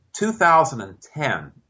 2010